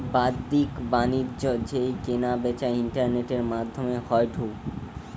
বাদ্দিক বাণিজ্য যেই কেনা বেচা ইন্টারনেটের মাদ্ধমে হয়ঢু